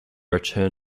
return